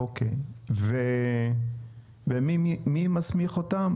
אוקיי, ומי מסמיך אותם?